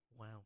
wow